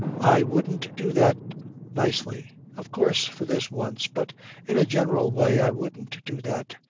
i wouldn't do that nicely, of course for this once but in a general way i wouldn't do that.